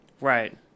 right